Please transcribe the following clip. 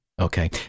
Okay